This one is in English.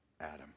Adam